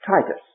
Titus